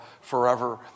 forever